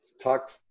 talk